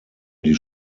die